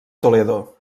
toledo